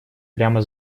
прямо